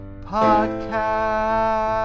podcast